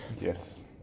Yes